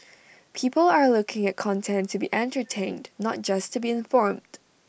people are looking at content to be entertained not just to be informed